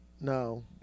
No